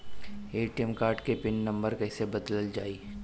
ATM card के PIN number कईसे बदलल जाई?